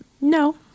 No